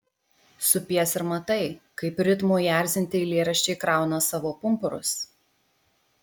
supies ir matai kaip ritmo įerzinti eilėraščiai krauna savo pumpurus